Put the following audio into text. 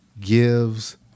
gives